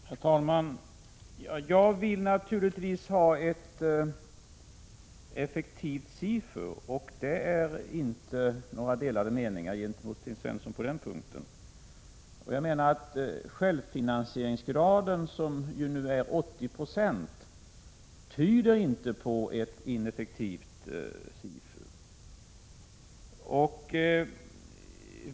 Herr talman! Jag vill naturligtvis ha ett effektivt SIFU; det råder inte några delade meningar gentemot Sten Svensson på den punkten. Självfinansieringsgraden, som nu är 80 96, tyder inte på ett ineffektivt SIFU.